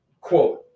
quote